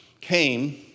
came